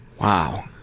Wow